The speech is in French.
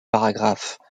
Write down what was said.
paragraphes